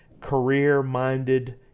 career-minded